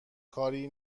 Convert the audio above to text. کاری